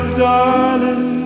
darling